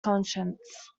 conscience